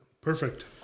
Perfect